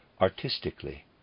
artistically